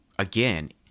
Again